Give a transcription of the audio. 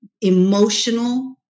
emotional